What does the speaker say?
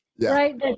right